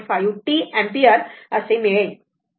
5t ampere मिळेल